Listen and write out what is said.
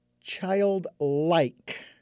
childlike